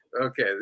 Okay